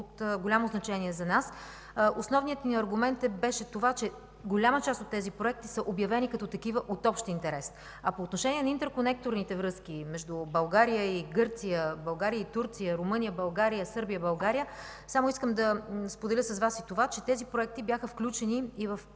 от голямо значение за нас. Основният ми аргумент беше, че голяма част от тези проекти са обявени като такива от общ интерес. По отношение на интерконекторните връзки между България и Гърция, България и Турция, Румъния – България и Сърбия – България, искам да споделя с Вас, че тези проекти бяха включени в приоритетните